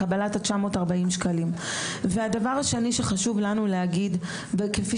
לקבלת ה-940 שקלים והדבר השני שחשוב לנו להגיד וכפי